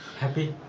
happy